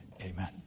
Amen